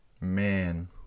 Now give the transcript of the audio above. Man